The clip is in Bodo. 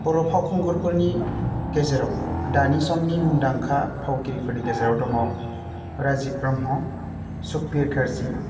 बर' फावखुंगुरफोरनि गेजेराव दानि समनि मुंदांखा फावगिरिफोरनि गेजेराव दङ राजिब ब्रह्म सुकभिर कार्जि